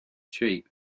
sheep